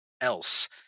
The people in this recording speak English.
else